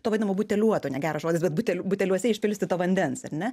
to vadinamo buteliuoto negeras žodis bet butelių buteliuose išpilstyto vandens ar ne